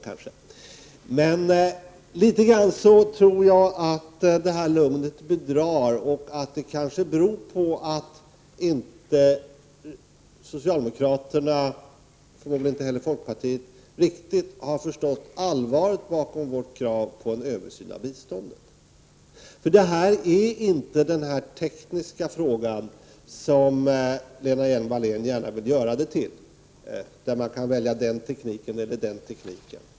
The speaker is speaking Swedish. Jag tror emellertid att detta lugn bedrar något och att det kanske beror på att inte socialdemokraterna, och förmodligen inte heller folkpartiet, riktigt har förstått allvaret bakom vårt krav på en översyn av biståndet. Detta är inte den tekniska fråga Lena Hjelm-Wallén gärna vill göra det till. Det handlar inte om att man kan välja den ena eller andra tekniken.